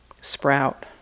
sprout